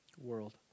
world